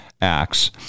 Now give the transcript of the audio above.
acts